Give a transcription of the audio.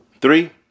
three